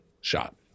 shot